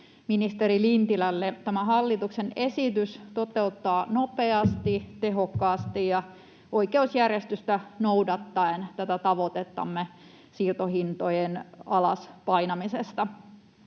ministeri Lintilälle. Tämä hallituksen esitys toteuttaa nopeasti, tehokkaasti ja oikeusjärjestystä noudattaen tätä tavoitettamme siirtohintojen alas painamisesta.